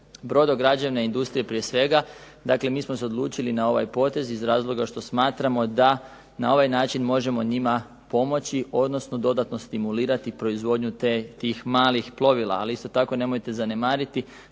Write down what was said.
brodograđevne industrije prije svega, dakle mi smo se odlučili na ovaj potez iz razloga što smatramo da na ovaj način možemo njima pomoći, odnosno dodatno stimulirati proizvodnju tih malih plovila. Ali isto tako nemojte zanemariti